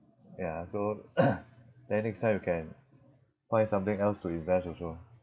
ya so then next time you can find something else to invest also